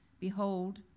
behold